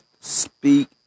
Speak